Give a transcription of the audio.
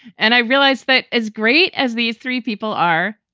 and i realized that as great as these three people are,